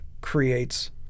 creates